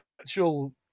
actual